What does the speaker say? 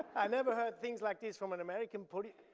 i never heard things like this from an american police.